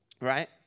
Right